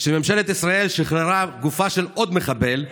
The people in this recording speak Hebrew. שממשלת ישראל שחררה גופה של עוד מחבל,